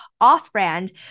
off-brand